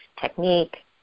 technique